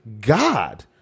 God